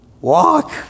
walk